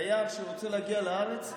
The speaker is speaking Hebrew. כשתייר רוצה להגיע לארץ,